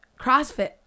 CrossFit